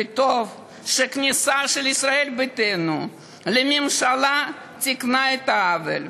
וטוב שכניסת ישראל ביתנו לממשלה תיקנה את העוול.